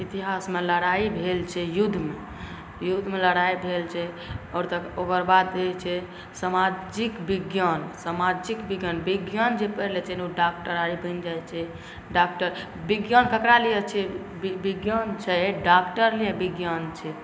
इतिहासमे लड़ाइ भेल छै युद्धमे युद्धमे लड़ाइ भेल छै आओर ओकर बाद जे छै सामाजिक विज्ञान सामाजिक विज्ञान विज्ञान जे पढ़िलए छै ओ डॉक्टर आओर बनि जाइ छै डॉक्टर विज्ञान ककरा लिए छै विज्ञान छै डॉक्टर लिए विज्ञान छै